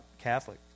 Catholic